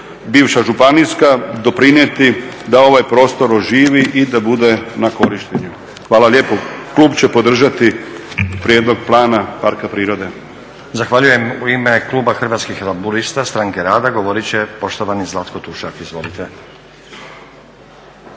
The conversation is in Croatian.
bivša županijska doprinijeti da ovaj prostor oživi i da bude na korištenje. Hvala lijepo. Klub će podržati Prijedlog plana parka prirode. **Stazić, Nenad (SDP)** Zahvaljujem. U ime kluba Hrvatskih laburista-Stranke rada govoriti će poštovani Zlatko Tušak. Izvolite.